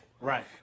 Right